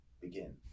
begin